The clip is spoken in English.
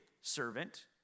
servant